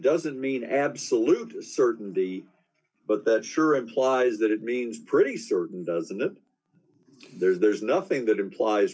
doesn't mean absolute certainty but that sure applies that it means pretty certain doesn't it there's nothing that implies